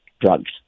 drugs